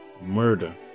murder